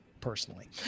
personally